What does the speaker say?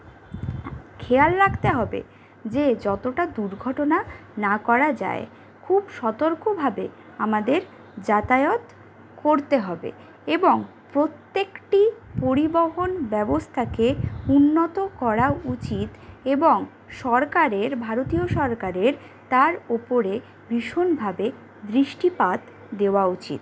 খেয়াল রাখতে হবে যে যতটা দুর্ঘটনা না করা যায় খুব সতর্কভাবে আমাদের যাতায়াত করতে হবে এবং প্রত্যেকটি পরিবহন ব্যবস্থাকে উন্নত করা উচিৎ এবং সরকারের ভারতীয় সরকারের তার ওপরে ভীষণভাবে দৃষ্টিপাত দেওয়া উচিৎ